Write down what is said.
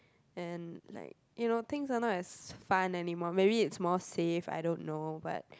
and like you know things are not as fun anymore maybe it's more safe I don't know but